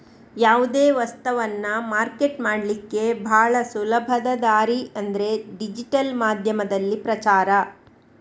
ಯಾವುದೇ ವಸ್ತವನ್ನ ಮಾರ್ಕೆಟ್ ಮಾಡ್ಲಿಕ್ಕೆ ಭಾಳ ಸುಲಭದ ದಾರಿ ಅಂದ್ರೆ ಡಿಜಿಟಲ್ ಮಾಧ್ಯಮದಲ್ಲಿ ಪ್ರಚಾರ